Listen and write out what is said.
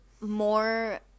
more